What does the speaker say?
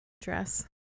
dress